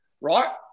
right